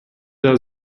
der